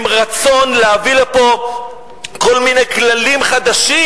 עם רצון להביא לפה כל מיני כללים חדשים